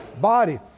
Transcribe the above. body